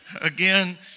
again